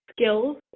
skills